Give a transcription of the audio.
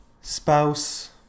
spouse